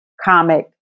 comic